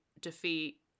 defeat